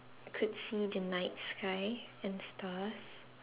could see the night sky and the stars